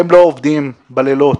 הם לא עובדים בלילות,